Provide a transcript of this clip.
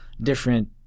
different